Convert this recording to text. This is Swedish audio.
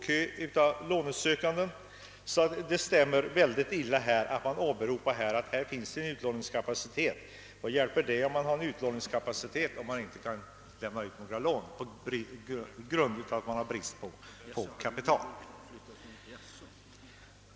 Det stämmer sålunda illa med verkligheten när man här talar om att det finns utlåningskapacitet. Vad hjälper det att det finns utlåningskapacitet när det inte finns pengar?